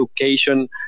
education